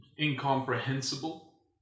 Incomprehensible